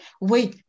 Wait